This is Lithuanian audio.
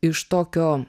iš tokio